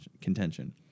contention